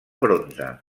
bronze